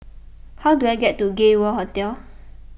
how do I get to Gay World Hotel